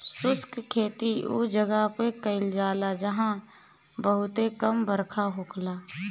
शुष्क खेती उ जगह पे कईल जाला जहां बहुते कम बरखा होखेला